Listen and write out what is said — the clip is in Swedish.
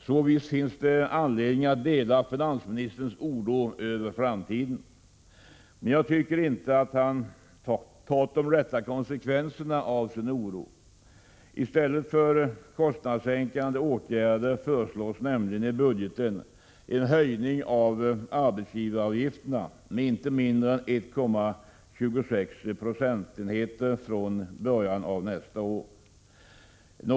Så visst finns det anledning att dela finansministerns oro för framtiden. Men jag tycker inte att han tagit de rätta konsekvenserna av sin oro. I stället för kostnadssänkande åtgärder föreslås nämligen i budgeten en höjning av arbetsgivaravgifterna med inte mindre än 1,26 procentenheter från början av nästa år.